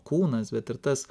kūnas bet ir tas